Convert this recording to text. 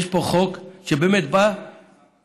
יש פה חוק שבאמת בא לממן,